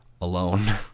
alone